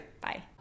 Bye